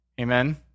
amen